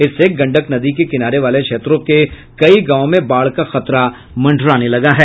इससे गंडक नदी के किनारे वाले क्षेत्रों के कई गांवों में बाढ़ का खतरा मडराने लगा है